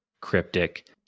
cryptic